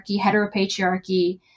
heteropatriarchy